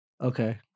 Okay